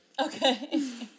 Okay